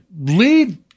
leave